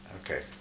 Okay